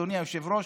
אדוני היושב-ראש,